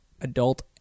adult